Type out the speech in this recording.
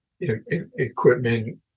equipment